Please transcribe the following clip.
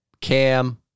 Cam